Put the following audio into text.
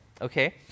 okay